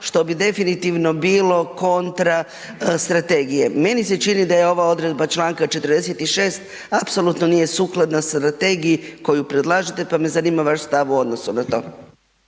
što bi definitivno bilo kontra strategije. Meni se čini da je ova odredba Članka 46. apsolutno nije sukladna strategiji koju predlažete, pa me zanima vaš stav u odnosu na to.